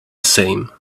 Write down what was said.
same